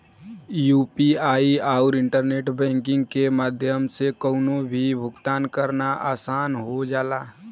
UPI आउर internet banking के माध्यम से कउनो भी भुगतान करना आसान हो जाला